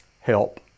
help